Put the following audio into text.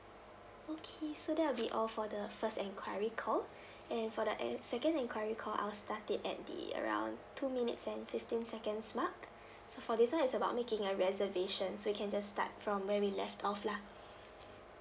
okay so that will be all for the first enquiry call and for the end second inquiry call I'll start it at the around two minutes and fifteen seconds mark so for this [one] is about making a reservation so you can just start from where we left off lah